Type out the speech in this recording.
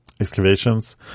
Excavations